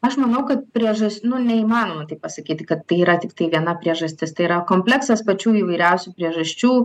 aš manau kad priežas nu neįmanoma taip pasakyti kad tai yra tiktai viena priežastis tai yra kompleksas pačių įvairiausių priežasčių